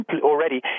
already